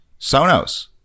Sonos